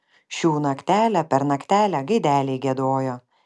šių naktelę per naktelę gaideliai giedojo